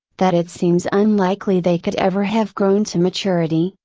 that it seems unlikely they could ever have grown to maturity,